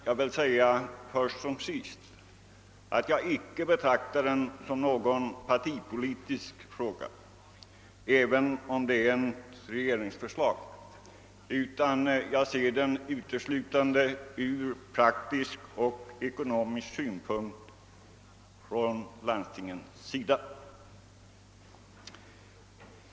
Jag vill först som sist säga att jag icke betraktar frågan som partipolitisk även om det är ett regerings förslag, utan jag ser den uteslutande från praktisk och ekonomisk synpunkt från landstingens sida.